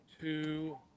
two